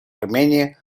армении